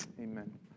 Amen